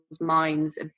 minds